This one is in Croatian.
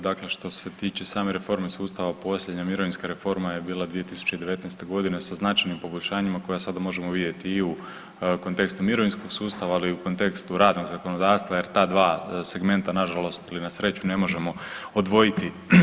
Dakle što se tiče same reforme sustava, posljednja mirovinska reforma je bila 2019. g. sa značajnim poboljšanjima koja sada možemo vidjeti i u kontekstu mirovinskog sustavu, ali i kontekstu radnog zakonodavstva jer ta dva segmenta, nažalost ili na sreću, ne može odvojiti.